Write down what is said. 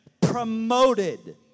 promoted